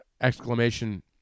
exclamation